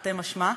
תרתי משמע.